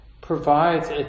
provides